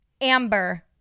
amber